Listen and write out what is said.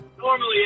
Normally